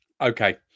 okay